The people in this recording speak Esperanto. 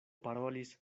parolis